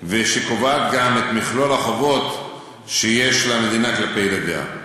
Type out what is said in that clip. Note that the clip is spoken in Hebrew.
ושקובעת גם את מכלול החובות שיש למדינה כלפיה ילדיה.